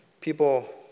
People